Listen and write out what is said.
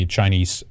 Chinese